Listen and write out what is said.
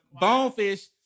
Bonefish